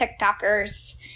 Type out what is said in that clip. TikTokers